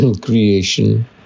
creation